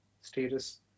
status